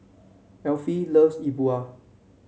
Elfie loves E Bua